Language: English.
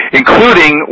including